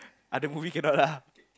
other movie cannot lah